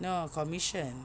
no commission